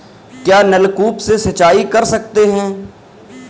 क्या नलकूप से सिंचाई कर सकते हैं?